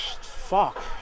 Fuck